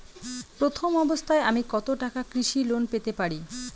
প্রথম অবস্থায় আমি কত টাকা কৃষি লোন পেতে পারি?